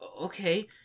Okay